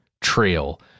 Trail